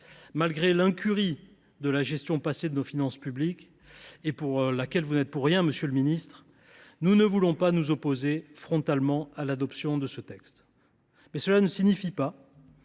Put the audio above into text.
malgré l’incurie de la gestion passée de nos finances publiques – vous n’y êtes pour rien, monsieur le ministre –, nous ne voulons pas nous opposer frontalement à l’adoption de ce texte. Mais cela ne signifie pas